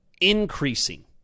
increasing